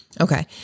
okay